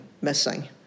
missing